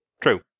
True